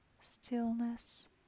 stillness